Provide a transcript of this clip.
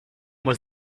was